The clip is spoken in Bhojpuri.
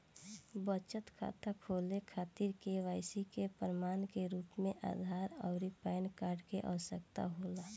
बचत खाता खोले के खातिर केवाइसी के प्रमाण के रूप में आधार आउर पैन कार्ड के आवश्यकता होला